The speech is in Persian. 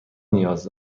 نیاز